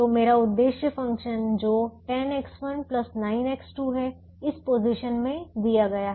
तो मेरा उद्देश्य फ़ंक्शन जो 10X1 9X2 है इस पोजीशन में दिया गया है